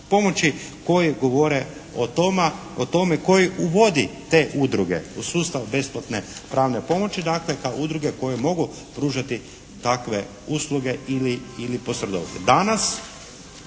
pomoći koji govore o tome koji uvodi te udruge u sustav besplatne pravne pomoći dakle kao udruge koje mogu pružati takve usluge ili posredovanje.